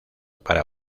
para